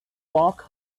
walk